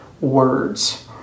words